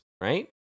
Right